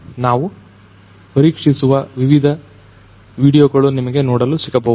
ನಾವು ಪರೀಕ್ಷಿಸುವ ವಿವಿಧ ವಿಡಿಯೋಗಳು ನಿಮಗೆ ನೋಡಲು ಸಿಗಬಹುದು